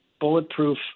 bulletproof